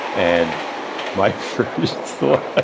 and my first thought ah